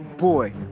boy